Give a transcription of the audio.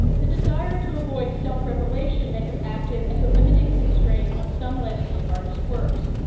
the desire to avoid self-revelation may have acted as a limiting constraint on some lesbian artists works.